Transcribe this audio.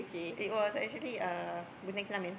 it was actually a bunting pelamin